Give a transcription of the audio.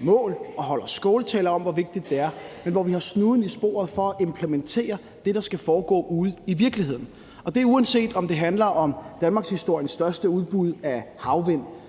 mål og holder skåltaler om, hvor vigtigt det er, men hvor vi har snuden i sporet for at implementere det, der skal foregå ude i virkeligheden. Det er, uanset om det handler om danmarkshistoriens største udbud af havvind;